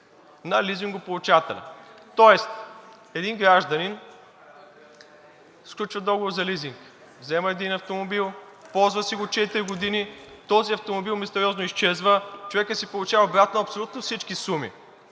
на лизингополучателя. Тоест един гражданин сключва договор за лизинг, взема един автомобил, ползва си го четири години, този автомобил мистериозно изчезва, човекът си получава обратно абсолютно всички суми